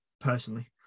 personally